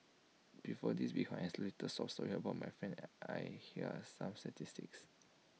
before this behind isolated sob story about my friend I here are some statistics